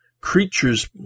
creatures